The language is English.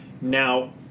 now